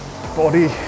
body